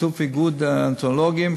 בשיתוף איגוד הנאונטולוגים,